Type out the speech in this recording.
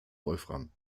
wolfram